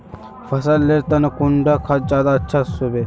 फसल लेर तने कुंडा खाद ज्यादा अच्छा सोबे?